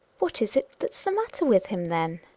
what is it that's the matter with him then?